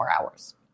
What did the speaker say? hours